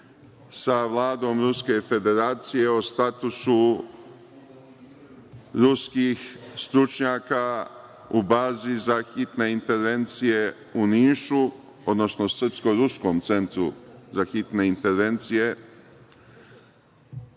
sa Vladom Ruske Federacije o statusu ruskih stručnjaka u bazi za hitne intervencije u Nišu, odnosno srpsko-ruskom centru za hitne intervencije,